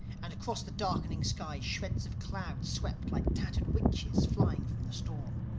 and across the darkening sky, shreds of cloud swept like tattered witches flying from the storm.